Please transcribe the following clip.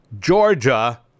Georgia